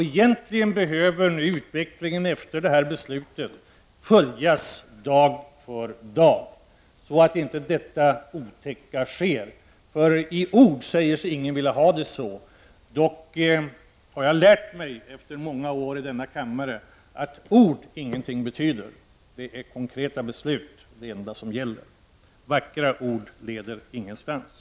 Egentligen behöver utvecklingen efter riksdagens beslut följas dag för dag så att inte detta otäcka sker. För i ord säger sig ingen vilja ha det så. Efter många år i denna kammare har jag lärt mig att ord ingenting betyder. Det är konkreta beslut som gäller. Vackra ord leder ingenstans.